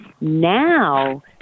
Now